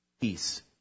peace